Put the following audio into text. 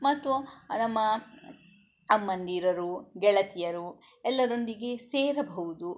ಮತ್ತು ನಮ್ಮ ಅಮ್ಮಂದಿರು ಗೆಳತಿಯರು ಎಲ್ಲರೊಂದಿಗೆ ಸೇರಬಹುದು